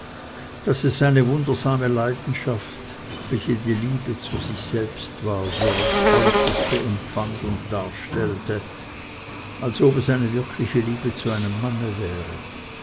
daß es seine wundersame leidenschaft welche die liebe zu sich selbst war so aufs äußerste empfand und darstellte als ob es eine wirkliche liebe zu einem manne wäre